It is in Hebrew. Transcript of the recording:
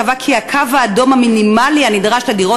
קבעה כי הקו האדום המינימלי הנדרש לדירות